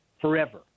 forever